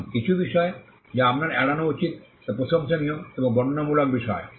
এখন কিছু বিষয় যা আপনার এড়ানো উচিত তা প্রশংসনীয় এবং বর্ণনামূলক বিষয়